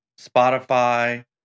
Spotify